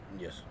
Yes